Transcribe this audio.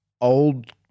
old